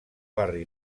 barri